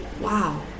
wow